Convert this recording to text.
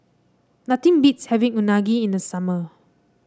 nothing beats having Unagi in the summer